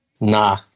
Nah